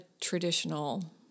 traditional